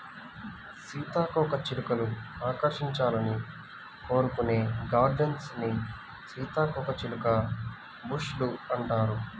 సీతాకోకచిలుకలు ఆకర్షించాలని కోరుకునే గార్డెన్స్ ని సీతాకోకచిలుక బుష్ లు అంటారు